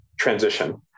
transition